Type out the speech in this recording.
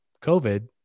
COVID